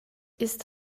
ist